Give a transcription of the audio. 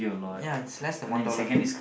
ya is less than one dollar